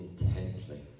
intently